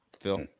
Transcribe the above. Phil